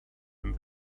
and